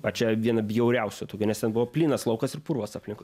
pačią vieną bjauriausių tokių nes ten buvo plynas laukas ir purvas aplinkui